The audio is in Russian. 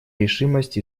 решимость